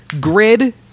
grid